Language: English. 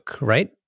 right